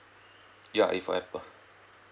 ya if